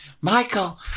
Michael